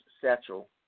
satchel